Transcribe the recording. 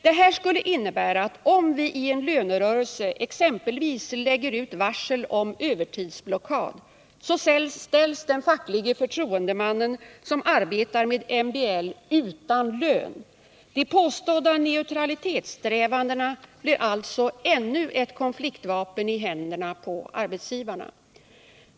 Det här skulle innebära, att om vi i en lönerörelse exempelvis lägger ut varsel om övertidsblockad, så ställs den facklige förtroendeman som arbetar med MBL utan lön! De påstådda neutralitetssträvandena blir alltså ännu ett konfliktvapen i händerna på arbetsgivarna.